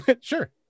Sure